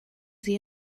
sie